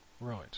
Right